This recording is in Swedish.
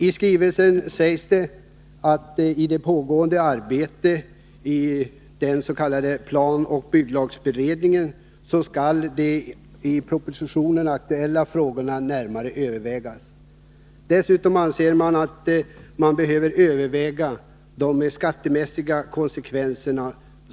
I skrivelsen anförs bl.a. att de i propositionen aktuella frågorna närmare skall övervägas i det pågående arbetet i den s.k. planoch bygglagsberedningen. Dessutom anser man sig behöva överväga de skattemässiga konsekvenserna.